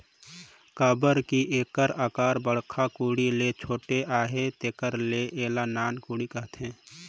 काबर कि एकर अकार बड़खा कोड़ी ले छोटे अहे तेकर ले एला नान कोड़ी कहथे